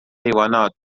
حیوانات